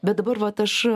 bet dabar vat aš